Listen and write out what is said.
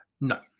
No